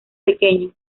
pequeño